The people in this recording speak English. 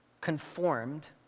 conformed